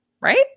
right